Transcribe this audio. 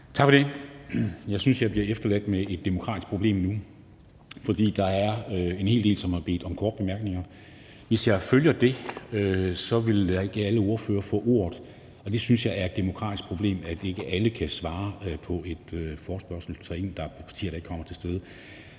Tak for det. Jeg synes, at jeg bliver efterladt med et demokratisk problem nu, for der er en hel del, som har bedt om korte bemærkninger. Hvis jeg følger det, vil ikke alle ordførere få ordet, og det synes jeg er et demokratisk problem, altså at ikke alle kan komme til stede og svare på en forespørgsel.